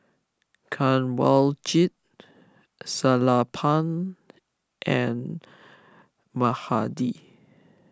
Kanwaljit Sellapan and Mahade